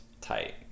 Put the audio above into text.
Tight